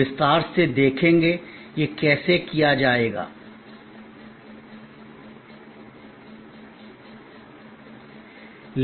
हम विस्तार से देखेंगे कि ये कैसे किए जाएंगे